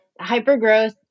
hypergrowth